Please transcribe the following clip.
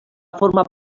formar